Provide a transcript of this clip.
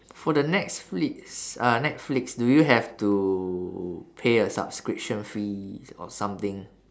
for the netflix uh netflix do you have to pay a subscription fees or something